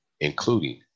including